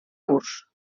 curs